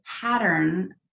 pattern